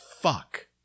fuck